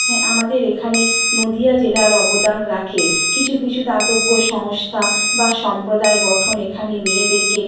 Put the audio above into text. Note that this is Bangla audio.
হ্যাঁ আমাদের এখানে নদীয়া জেলার অবদান রাখে কিছু কিছু দাতব্য সংস্থা বা সম্প্রদায় গঠন এখানে মেয়েদেরকে